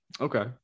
Okay